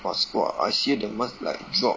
!wah! I see the month like drop